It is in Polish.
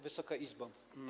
Wysoki Izbo!